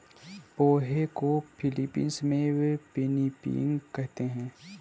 पोहे को फ़िलीपीन्स में पिनीपिग कहते हैं